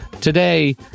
Today